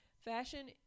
fashion